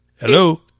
Hello